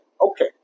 Okay